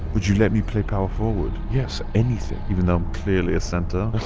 would you let me play power forward? yes, anything. even though i'm clearly a center? oh,